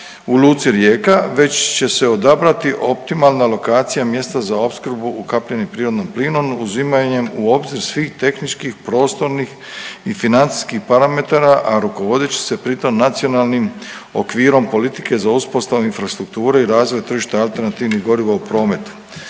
u luci Rijeka već će se odabrati optimalna lokacija mjesta za opskrbu ukapljenim prirodnim plinom uzimanjem u obzir svih tehničkih, prostornih i financijskih parametara, a rukovodeći se pritom nacionalnim okvirom politike za uspostavu infrastrukture i razvoj tržišta alternativnih goriva u prometu,